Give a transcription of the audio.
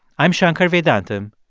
i'm shankar vedantam,